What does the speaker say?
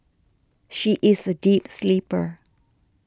she is a deep sleeper